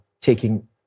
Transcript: taking